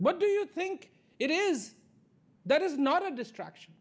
what do you think it is that is not of destruction